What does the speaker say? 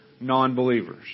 non-believers